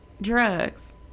drugs